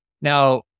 Now